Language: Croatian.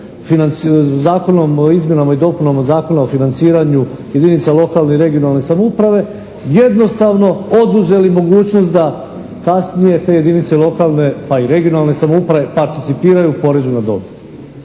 Zakonom o izmjenama i dopunama Zakona o financiranju jedinica lokalne i regionalne samouprave jednostavno oduzeli mogućnost da kasnije te jedinice lokalne pa i regionalne samouprave participiraju porezu na dobit.